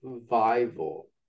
Survival